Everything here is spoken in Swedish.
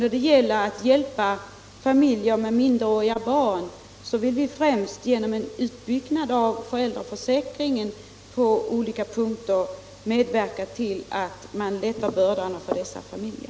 När det gäller att hjälpa familjer med minderåriga barn vill vi i första hand genom en utbyggnad av föräldraförsäkringen på olika punkter medverka till att lätta deras bördor.